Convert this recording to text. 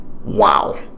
wow